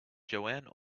joanne